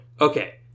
Okay